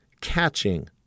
catching